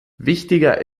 wichtiger